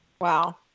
Wow